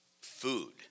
food